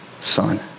son